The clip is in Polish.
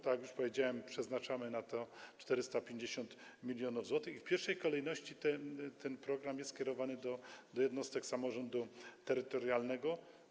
Tak jak już powiedziałem, przeznaczamy na to 450 mln zł i w pierwszej kolejności ten program jest kierowany do jednostek samorządu terytorialnego.